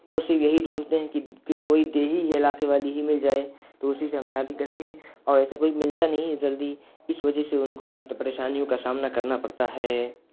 وہ صرف یہی ڈھونڈتے ہیں کہ کہ کوئی دیہی علاقے والی ہی مل جائے تو اسی سے ہم شادی کریں گے اور ایسا کوئی ملتا نہیں ہے جلدی اس وجہ سے ان کو پریشانیوں کا سامنا کرنا پڑتا ہے